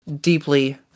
deeply